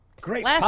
Great